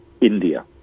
India